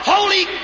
Holy